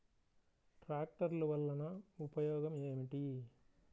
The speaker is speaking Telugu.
ట్రాక్టర్లు వల్లన ఉపయోగం ఏమిటీ?